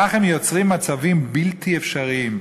כך הם יוצרים מצבים בלתי אפשריים.